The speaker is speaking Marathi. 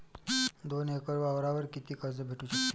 दोन एकर वावरावर कितीक कर्ज भेटू शकते?